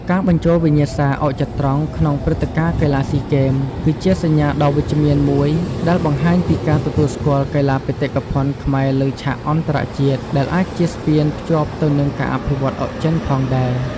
ការបញ្ចូលវិញ្ញាសាអុកចត្រង្គក្នុងព្រឹត្តិការណ៍កីឡាស៊ីហ្គេម គឺជាសញ្ញាដ៏វិជ្ជមានមួយដែលបង្ហាញពីការទទួលស្គាល់កីឡាបេតិកភណ្ឌខ្មែរលើឆាកអន្តរជាតិ ដែលអាចជាស្ពានភ្ជាប់ទៅនឹងការអភិវឌ្ឍន៍អុកចិនផងដែរ។